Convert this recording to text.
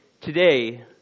today